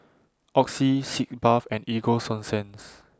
Oxy Sitz Bath and Ego Sunsense